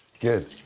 Good